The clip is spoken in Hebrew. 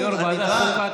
כיושב-ראש ועדת החוקה,